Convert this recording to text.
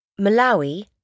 Malawi